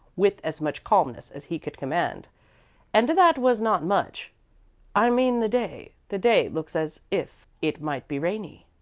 with as much calmness as he could command and that was not much i mean the day. the day looks as if it might be rainy.